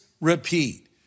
repeat